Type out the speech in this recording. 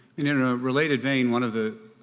in a related vein, one of the